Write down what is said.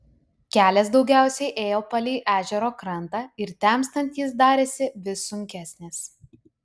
kelias daugiausiai ėjo palei ežero krantą ir temstant jis darėsi vis sunkesnis